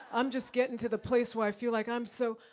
i'm just getting to the place where i feel like, i'm so,